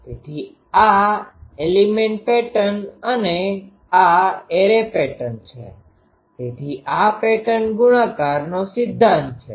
તેથી આ element pattern અને આ એરે પેટર્ન છે તેથી આ પેટર્ન ગુણાકારનો સિદ્ધાંત છે